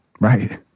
right